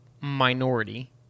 minority